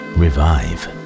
revive